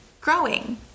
growing